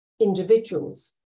individuals